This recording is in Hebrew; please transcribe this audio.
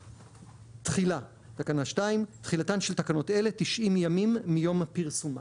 תחילה תחילתן של תקנות אלה 90 ימים מיום פרסומן.